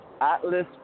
atlas